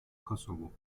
kosovo